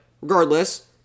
regardless